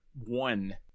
one